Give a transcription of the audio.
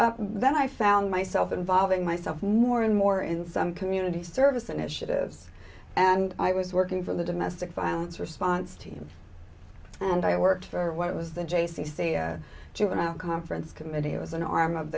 the then i found myself involving myself more and more in some community service and initiatives and i was working for the domestic violence response team and i worked for what was the j c say juvenile conference committee it was an arm of